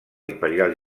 imperial